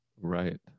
Right